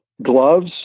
Gloves